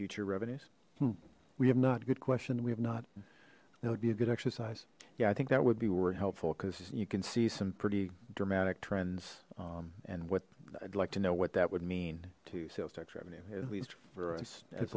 future revenues hmm we have not good question we have not that would be a good exercise yeah i think that would be were helpful because you can see some pretty dramatic trends and what i'd like to know what that would mean to sales tax revenues at least for